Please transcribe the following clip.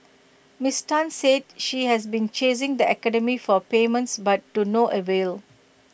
miss Tan said she has been chasing the academy for payments but to no avail